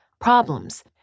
problems